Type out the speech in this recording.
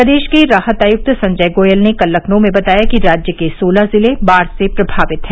प्रदेश के राहत आयुक्त संजय गोयल ने कल लखनऊ में बताया कि राज्य के सोलह जिले बाढ़ से प्रभावित हैं